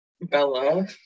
Bella